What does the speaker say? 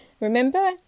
remember